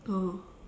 oh